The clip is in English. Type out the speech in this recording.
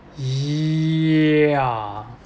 yeah